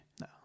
No